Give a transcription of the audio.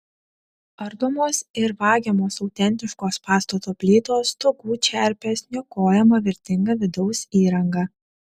ardomos ir vagiamos autentiškos pastato plytos stogų čerpės niokojama vertinga vidaus įranga